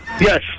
Yes